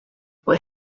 were